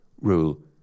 rule